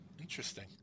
Interesting